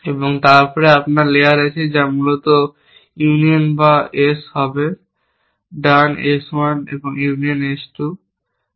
এবং তারপরে আপনার লেয়ার আছে যা মূলত ইউনিয়ন বা S হবে ডান S 1 ইউনিয়ন S 2